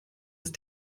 ist